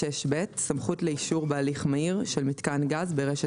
סמכות לאישור בהליך מהיר של מיתקן גז ברשת